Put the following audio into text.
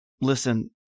Listen